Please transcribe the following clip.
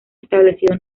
establecido